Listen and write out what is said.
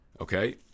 okay